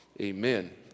amen